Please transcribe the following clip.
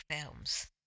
films